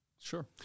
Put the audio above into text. Sure